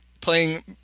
playing